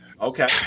Okay